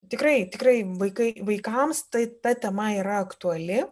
tikrai tikrai vaikai vaikams tai ta tema yra aktuali